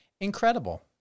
incredible